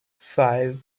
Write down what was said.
five